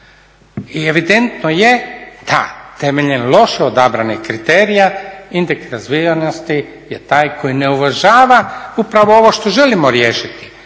I evidentno je da temeljem loše odabranih kriterija indeks razvijenosti je taj koji ne uvažava upravo ovo što želimo riješiti,